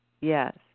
yes